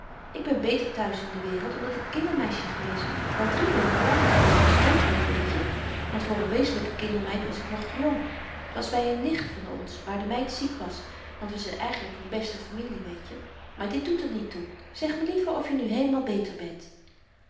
ik ben beter thuis in de wereld omdat ik kindermeisje geweest ben wel drie weken lang als noodhulp weetje want voor n wezenlyke kindermeid was ik nog te jong t was by n nicht van ons waar de meid ziek was want we zyn eigenlyk van beste familie weetje maar dit doet er niet toe zeg me liever of je nu heelemaal beter bent